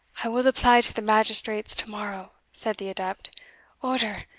i will apply to the magistrates to-morrow, said the adept oder,